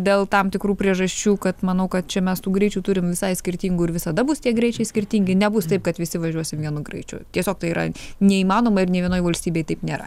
dėl tam tikrų priežasčių kad manau kad čia mes tų greičių turim visai skirtingų ir visada bus tie greičiai skirtingi nebus taip kad visi važiuosim vienu greičiu tiesiog tai yra neįmanoma ir nei vienoj valstybėj taip nėra